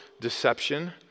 deception